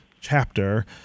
chapter